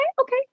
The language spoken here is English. okay